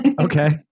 Okay